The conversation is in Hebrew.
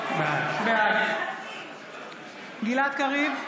בעד גלעד קריב,